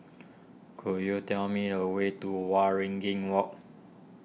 could you tell me a way to Waringin Walk